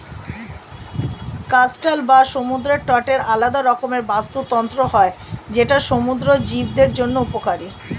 coastal বা সমুদ্র তটের আলাদা রকমের বাস্তুতন্ত্র হয় যেটা সমুদ্র জীবদের জন্য উপকারী